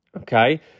Okay